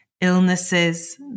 illnesses